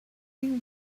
been